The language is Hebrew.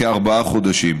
כארבעה חודשים.